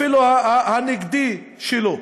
אפילו הנגדי שלו.